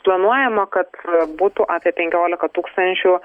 planuojama kad būtų apie penkiolika tūkstančių